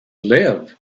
live